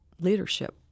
leadership